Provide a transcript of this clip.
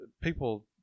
people